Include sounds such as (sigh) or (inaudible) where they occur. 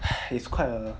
(breath) is quite a